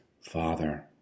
Father